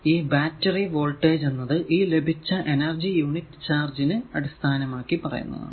ഈ battery voltage എന്നത് ഈ ലഭിച്ച എനർജി യൂണിറ്റ് ചാർജ് നെ അടിസ്ഥാനമാക്കി പറയുന്നതാണ്